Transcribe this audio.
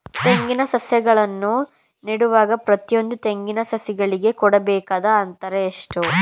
ತೆಂಗಿನ ಸಸಿಗಳನ್ನು ನೆಡುವಾಗ ಪ್ರತಿಯೊಂದು ತೆಂಗಿನ ಸಸಿಗಳಿಗೆ ಕೊಡಬೇಕಾದ ಅಂತರ ಎಷ್ಟು?